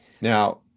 Now